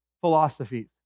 philosophies